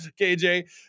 KJ